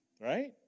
Right